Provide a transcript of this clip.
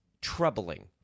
troubling